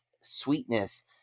sweetness